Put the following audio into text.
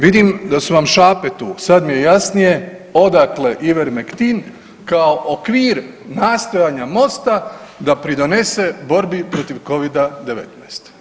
Vidim da su vam šape tu, sad mi je jasnije odakle Ivermectin kao okvir nastojanja Mosta da pridonese borbi protiv Covida-19.